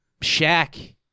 Shaq